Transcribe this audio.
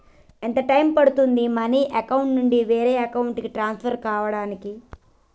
ఎంత టైం పడుతుంది money account నుంచి వేరే అకౌంట్ కి ట్రాన్స్ఫర్ కావటానికి?